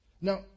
Now